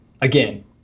again